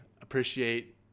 appreciate